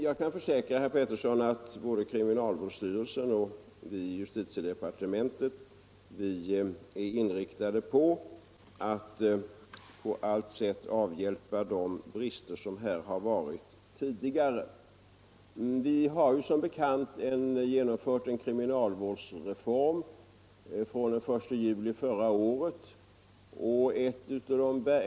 Jag kan försäkra herr Pettersson att man inom kriminalvårdsstyrelsen och justitiedepartementet är inriktad på att på allt sätt avhjälpa de brister som här tidigare förekommit. Vi genomförde som bekant den 1 juli förra året en kriminalvårdsreform.